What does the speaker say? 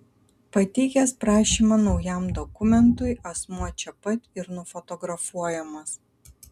pateikęs prašymą naujam dokumentui asmuo čia pat ir nufotografuojamas